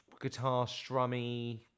guitar-strummy